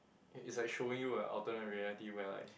it it's like showing you a alternate reality where like